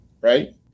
right